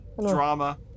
Drama